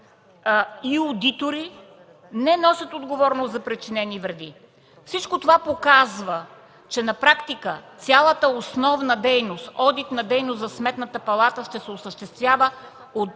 и одитори не носят отговорност за причинени вреди. Всичко това показва, че на практика цялата основна одитна дейност, в Сметната палата ще се осъществява от